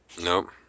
Nope